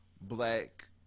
black